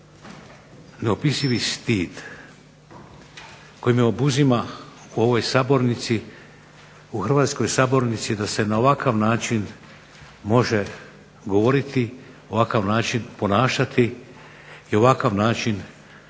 neopisivi stid koji me obuzima u ovoj sabornici, u hrvatskoj sabornici da se na ovakav način može govoriti, ovakav način ponašati i ovakav način tretirati